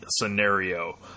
scenario